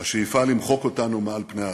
השאיפה למחוק אותנו מעל פני האדמה.